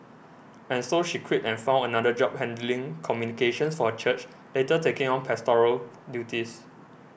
and so she quit and found another job handling communications for a church later taking on pastoral duties